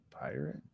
Pirate